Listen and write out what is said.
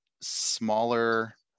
smaller